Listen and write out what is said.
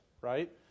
right